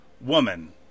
woman